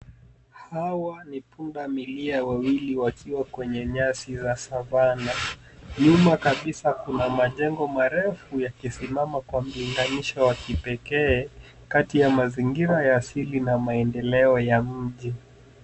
Hawa ni punda milia wawili wakiwa kwenye nyasi za savana. Nyuma kabisa kuna majengo marefu yakisimama kwa mlinganisho wa kipekee kati ya mazingira ya asili na maendeleo ya mji.